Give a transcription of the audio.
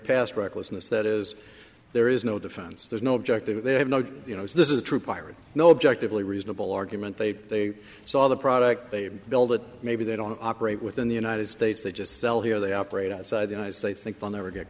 past recklessness that is there is no defense there's no objective there have no you know if this is a true pirate no objectively reasonable argument they they saw the product they build it maybe they don't operate within the united states they just sell here they operate outside the united states think they'll never get